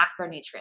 macronutrients